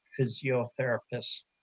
physiotherapists